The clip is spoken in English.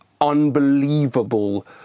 unbelievable